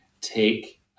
take